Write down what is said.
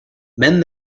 mend